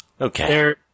Okay